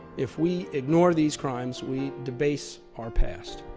if we ignore these crimes we debase our past.